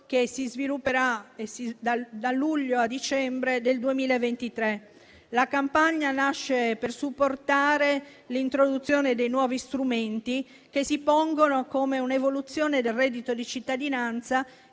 che si svilupperà da luglio a dicembre del 2023. La campagna nasce per supportare l'introduzione dei nuovi strumenti, che si pongono come un'evoluzione del reddito di cittadinanza,